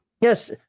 Yes